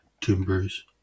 timbers